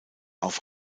auf